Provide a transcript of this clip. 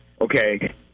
okay